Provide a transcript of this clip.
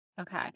Okay